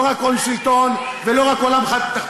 לא רק הון-שלטון ולא רק עולם תחתון,